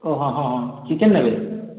ଓଃ ହଁ ହଁ ଚିକେନ୍ ନେବେ